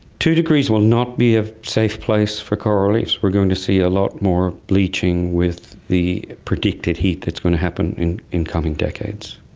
two degrees will not be a safe place for coral reefs, we're going to see a lot more bleaching with the predicted heat that's going to happen in in coming decades.